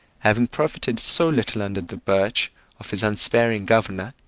having profited so little under the birch of his unsparing governor,